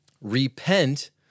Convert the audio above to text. Repent